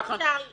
אי אפשר להבין.